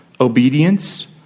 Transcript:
obedience